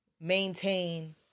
maintain